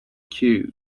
queue